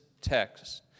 text